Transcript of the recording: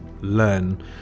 learn